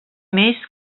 més